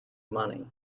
money